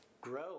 grow